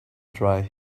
dry